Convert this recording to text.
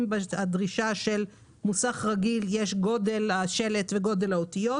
אם בדרישה של מוסך רגיל יש גודל שלט וגודל האותיות,